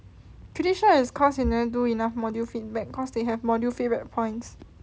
pretty sure it's cause you never do enough module feedback cause they have module feedback points